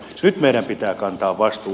nyt meidän pitää kantaa vastuu